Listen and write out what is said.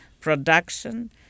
production